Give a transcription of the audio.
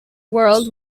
world